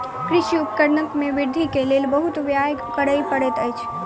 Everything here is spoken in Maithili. कृषि उपकरण में वृद्धि के लेल बहुत व्यय करअ पड़ैत अछि